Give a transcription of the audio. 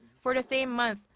for the same month,